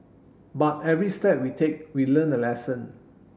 but every step we take we learn a lesson